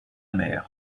mer